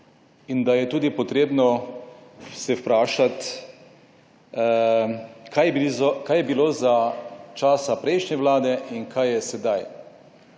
in da je tudi potrebno se vprašati, kaj je blizu, kaj je bilo za časa prejšnje Vlade in kaj je sedaj?